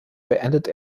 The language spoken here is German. beendete